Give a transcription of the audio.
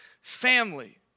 family